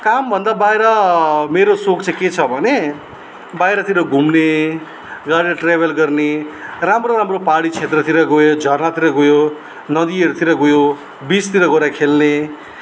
कामभन्दा बाहिर मेरो सोख चाहिँ के छ भने बाहिरतिर घुम्ने र ट्र्याभल गर्ने राम्रो राम्रो पहाडी क्षेत्रतिर गयो झरनातिर गयो नदीहरूतिर गयो बिचतिर गएर खेल्ने